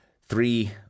three